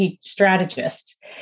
strategist